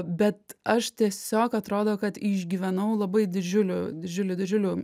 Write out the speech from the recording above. bet aš tiesiog atrodo kad išgyvenau labai didžiulių didžiulių didžiulių